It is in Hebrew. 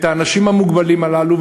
את האנשים המוגבלים הללו,